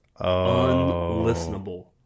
unlistenable